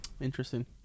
Interesting